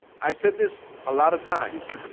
i said this a lot of times